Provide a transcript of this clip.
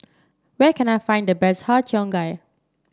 where can I find the best Har Cheong Gai